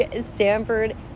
Stanford